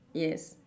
yes